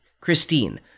Christine